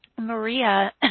Maria